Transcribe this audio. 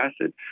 acid